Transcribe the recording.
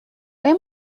آیا